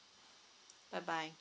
bye bye